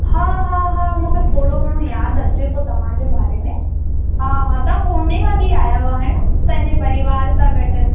हा हा हा मूंखे थोरो घणो यादि अचे पियो तव्हांजे बारे में हा हा तव्हां पूर्णिमा ॾींहुं आया हुआ हा न पंहिंजे परिवार सां गॾु